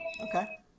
Okay